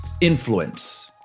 influence